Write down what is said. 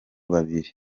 babiri